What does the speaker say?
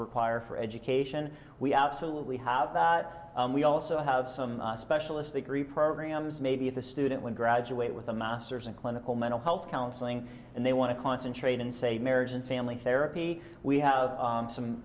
require for education we absolutely have that we also have some specialist degree programs maybe the student will graduate with a masters in clinical mental health counseling and they want to concentrate and say marriage and family therapy we have some